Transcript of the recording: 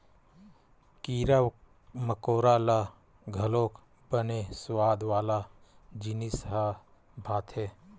कीरा मकोरा ल घलोक बने सुवाद वाला जिनिस ह भाथे